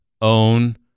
own